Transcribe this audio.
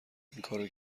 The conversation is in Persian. اینکارو